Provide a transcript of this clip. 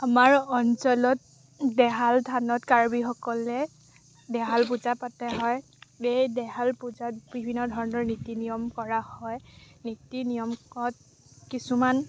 আমাৰ অঞ্চলত দেহাল থানত কাৰ্বিসকলে দেহাল পূজা পাতা হয় এই দেহাল পূজাত বিভিন্ন ধৰণৰ নীতি নিয়ম কৰা হয় নীতি নিয়মত কিছুমান